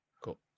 Cool